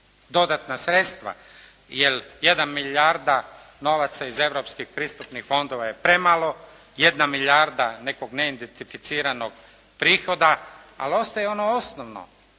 dodatna sredstva, jer jedna milijarda novaca iz europskih pristupnih fonda je premalo, jedna milijarda nekog neidentificiranog prihoda, ali ostaje ono osnovno.